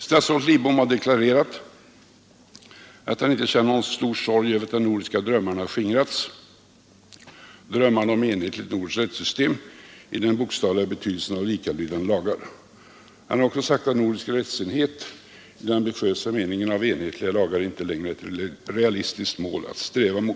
Statsrådet Lidbom har deklarerat att han inte känner någon större sorg över att de nordiska drömmarna har skingrats drömmarna om ett enhetligt nordiskt rättssystem i den bokstavliga betydelsen av likalydande lagar. Han har också sagt att nordisk rättsenhet i den ambitiösa meningen av enhetliga lagar inte längre är ett realistiskt mål att sträva mot.